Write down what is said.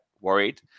worried